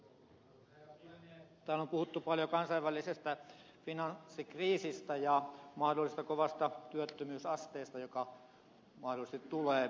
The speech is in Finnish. täällä on puhuttu paljon kansainvälisestä finanssikriisistä ja mahdollisesta kovasta työttömyysasteesta joka mahdollisesti tulee